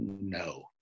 no